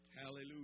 Hallelujah